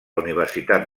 universitat